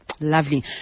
lovely